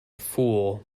fool